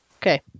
Okay